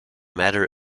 matter